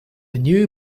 new